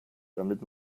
damit